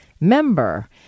member